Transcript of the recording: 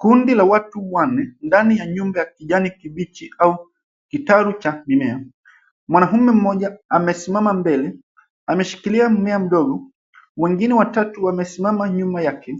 Kundi la watu wanne ndani ya nyumba ya kijani kibichi au kitaro cha mimea. Mwanaume mmoja amesimama mbele. Ameshikilia mmea mdogo. Wengine watatu wamesimama nyuma yake